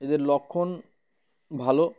এদের লক্ষণ ভালো